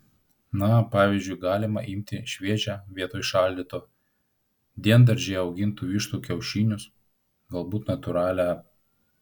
na pavyzdžiui galima imti šviežią vietoj šaldyto diendaržyje augintų vištų kiaušinius galbūt natūralią